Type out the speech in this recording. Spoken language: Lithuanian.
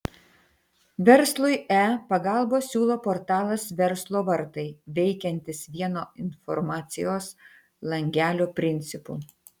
verslui e pagalbą siūlo portalas verslo vartai veikiantis vieno informacijos langelio principu